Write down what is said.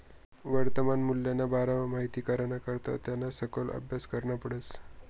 वर्तमान मूल्यना बारामा माहित कराना करता त्याना सखोल आभ्यास करना पडस